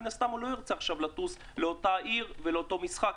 מן הסתם עכשיו הוא לא ירצה לטוס לאותה עיר ולאותו משחק,